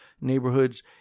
neighborhoods